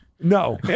No